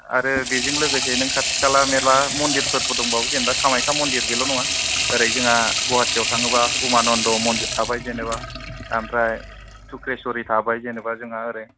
आरो बेजों लोगोसे नों खाथि खाला मेरला मन्दिरफोरबो दंबावो जेनबा कामायख्या मन्दिर बेल' नङा ओरै जोंहा गुवाहाटीयाव थाङोबा उमानन्द मन्दिर थाबाय जेनबा ओमफ्राइ थुख्लेसरि थाबाय जेनबा जोंहा ओरै